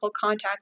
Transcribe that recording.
contact